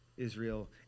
Israel